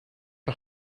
een